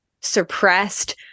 suppressed